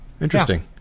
Interesting